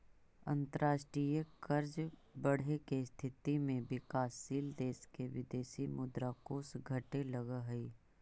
अंतरराष्ट्रीय कर्ज बढ़े के स्थिति में विकासशील देश के विदेशी मुद्रा कोष घटे लगऽ हई